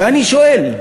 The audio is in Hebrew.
ואני שואל: